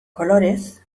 kolorez